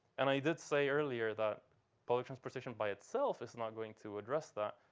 and i did say earlier that public transportation by itself is not going to address that.